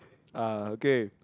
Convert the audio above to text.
ah okay